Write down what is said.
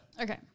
Okay